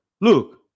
look